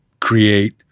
create